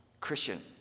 Christian